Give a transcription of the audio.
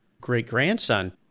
great-grandson